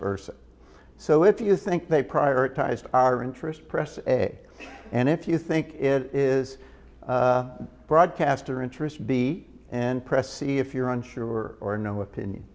versa so if you think they prioritized our interest press a and if you think it is broadcast or interest be and press see if you're unsure or no opinion